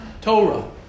Torah